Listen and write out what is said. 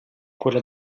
quella